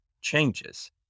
changes